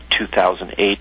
2008